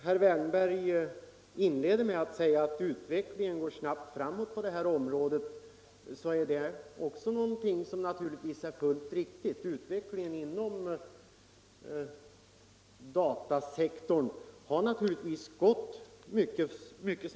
Herr Wärnberg inledde sitt anförande med att säga att utvecklingen inom dataområdet går snabbt framåt. Det är alldeles riktigt.